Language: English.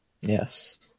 Yes